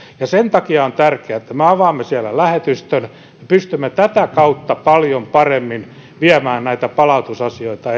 sen takia on tärkeää että me avaamme siellä lähetystön ja pystymme tätä kautta paljon paremmin viemään näitä palautusasioita